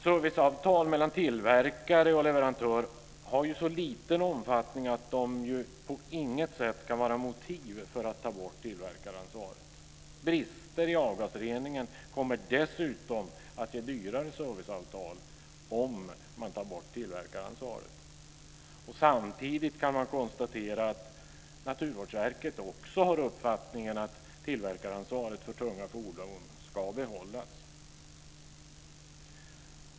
Serviceavtal mellan tillverkare och leverantör har så liten omfattning att de på intet sätt kan vara motiv för borttagande av tillverkaransvaret. Brister i avgasreningen kommer dessutom att ge dyrare serviceavtal om tillverkaransvaret tas bort. Samtidigt kan man konstatera att också Naturvårdsverket har den uppfattningen att tillverkaransvaret för tunga fordon ska behållas.